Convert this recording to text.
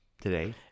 today